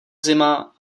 zima